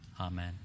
Amen